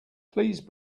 please